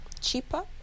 cheaper